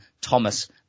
Thomas